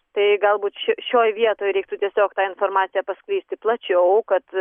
tai galbūt ši šioj vietoj reiktų tiesiog tą informaciją paskleisti plačiau kad